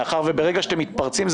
מאחר שברגע שאתם מתפרצים,